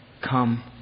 come